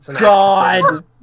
god